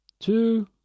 two